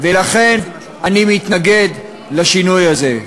ולכן אני מתנגד לשינוי הזה.